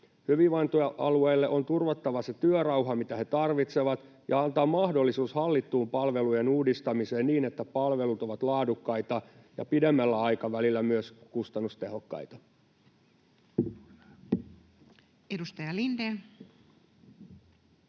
Hyvinvointialueille on turvattava se työrauha, mitä ne tarvitsevat, ja antaa mahdollisuus hallittuun palvelujen uudistamiseen niin, että palvelut ovat laadukkaita ja pidemmällä aikavälillä myös kustannustehokkaita. [Speech 116]